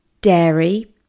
dairy